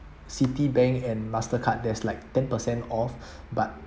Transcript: Citibank and Mastercard there's like ten per cent off but